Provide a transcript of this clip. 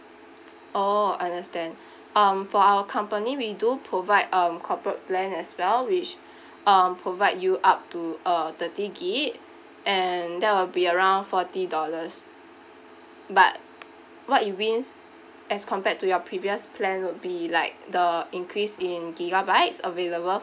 orh understand um for our company we do provide um corporate plan as well which um provide you up to uh thirty gig and that will be around forty dollars but what you wins as compared to your previous plan would be like the increase in gigabytes available